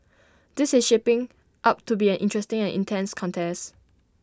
this is shaping up to be an interesting and intense contest